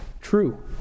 true